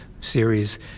series